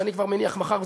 שאני כבר מניח מחר,